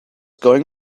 going